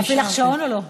להפעיל לך שעון או לא?